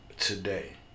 today